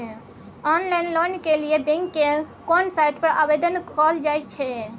Online loan के लिए bank के केना साइट पर आवेदन कैल जाए छै?